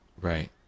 Right